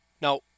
Now